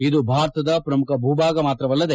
ಇದು ಭಾರತದ ಪ್ರಮುಖ ಭೂ ಭಾಗ ಮಾತ್ರವಲ್ಲದೆ